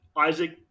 Isaac